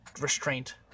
restraint